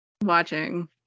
watching